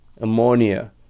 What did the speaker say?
ammonia